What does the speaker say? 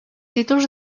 títols